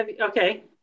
okay